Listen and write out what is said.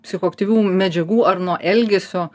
psichoaktyvių medžiagų ar nuo elgesio